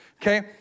Okay